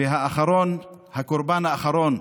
הקורבן האחרון,